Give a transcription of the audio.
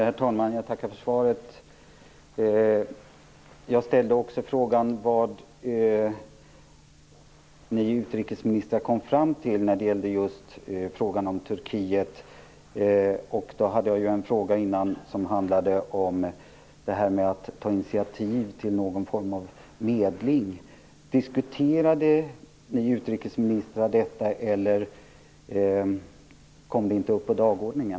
Herr talman! Jag tackar för svaret. Jag ställde också frågan vad ni utrikesministrar kom fram till i frågan om Turkiet. Jag hade en fråga dessförinnan som handlade om att ta initiativ till någon form av medling. Diskuterade utrikesministrarna detta, eller kom det inte upp på dagordningen?